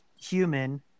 human